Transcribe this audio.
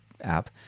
app